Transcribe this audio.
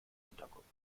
unterkunft